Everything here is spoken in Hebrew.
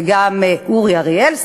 וגם אורי אריאל,